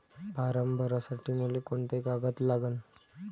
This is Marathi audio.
फारम भरासाठी मले कोंते कागद लागन?